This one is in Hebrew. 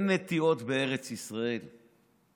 אין נטיעות בארץ ישראל.